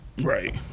Right